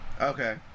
okay